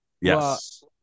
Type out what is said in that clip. Yes